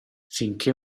finché